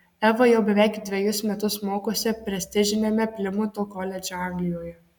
eva jau beveik dvejus metus mokosi prestižiniame plimuto koledže anglijoje